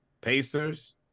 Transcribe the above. Pacers